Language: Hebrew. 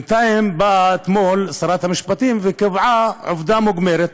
בינתיים באה אתמול שרת המשפטים וקבעה עובדה מוגמרת,